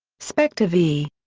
spector v.